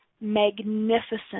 magnificent